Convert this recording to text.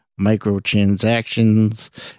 microtransactions